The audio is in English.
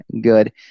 good